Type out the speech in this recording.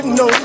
no